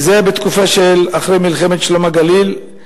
וזה היה בתקופה של אחרי מלחמת "שלום הגליל",